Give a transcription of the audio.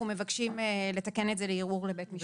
מבקשים לתקן את זה לערעור לבית משפט שלום.